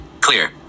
clear